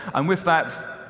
um with that,